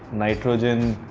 nitrogen.